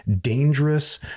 dangerous